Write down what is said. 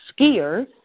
skiers